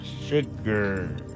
Sugar